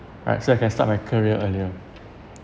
right so I can start my career earlier